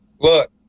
look